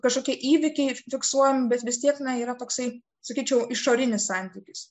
kažkokie įvykiai fiksuojami bet vis tiek yra toksai sakyčiau išorinis santykis